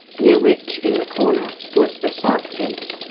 near which, in the corner, was the south gate,